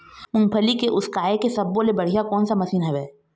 मूंगफली के उसकाय के सब्बो ले बढ़िया कोन सा मशीन हेवय?